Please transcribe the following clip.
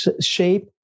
shape